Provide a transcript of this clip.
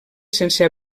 sense